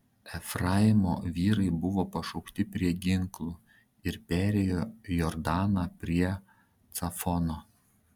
efraimo vyrai buvo pašaukti prie ginklų ir perėjo jordaną prie cafono